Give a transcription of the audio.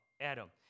Adam